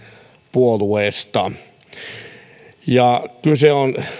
puolueesta kyse on